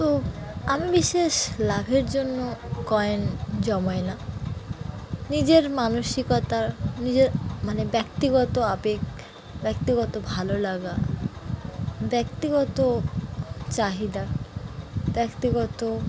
তো আমি বিশেষ লাভের জন্য কয়েন জমাই না নিজের মানসিকতা নিজের মানে ব্যক্তিগত আবেগ ব্যক্তিগত ভালো লাগা ব্যক্তিগত চাহিদা ব্যক্তিগত